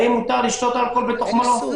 האם מותר לשתות אלכוהול בתוך מלונית?